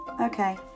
okay